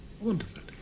Wonderful